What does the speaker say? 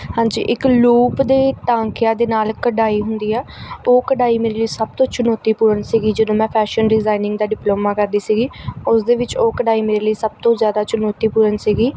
ਹਾਂਜੀ ਇੱਕ ਲੂਪ ਦੇ ਟਾਂਕਿਆਂ ਦੇ ਨਾਲ ਕਢਾਈ ਹੁੰਦੀ ਆ ਉਹ ਕਢਾਈ ਮੇਰੇ ਲਈ ਸਭ ਤੋਂ ਚੁਣੌਤੀਪੂਰਨ ਸੀਗੀ ਜਦੋਂ ਮੈਂ ਫੈਸ਼ਨ ਡਿਜ਼ਾਇਨਿੰਗ ਦਾ ਡਿਪਲੋਮਾ ਕਰਦੀ ਸੀਗੀ ਉਸ ਦੇ ਵਿੱਚ ਉਹ ਕਢਾਈ ਮੇਰੇ ਲਈ ਸਭ ਤੋਂ ਜ਼ਿਆਦਾ ਚੁਣੌਤੀਪੂਰਨ ਸੀਗੀ